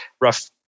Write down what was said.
rough